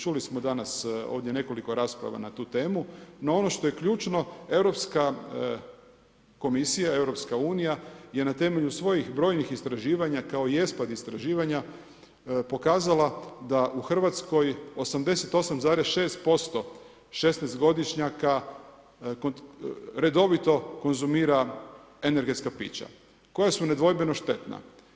Čuli smo danas ovdje nekoliko rasprava na tu temu, no ono što je ključno, Europska komisija, EU, je na temelju svojih brojnih istraživanja, kao i ESPAD istraživanja pokazala da u Hrvatskoj, 88,6% 16-goidšnjaka redovito konzumira energetska pića, koja su nedvojbeno štetna.